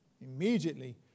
Immediately